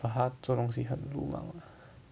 oh 他做东西很流浪 ah